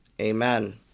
Amen